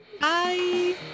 Bye